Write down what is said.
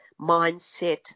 mindset